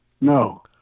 No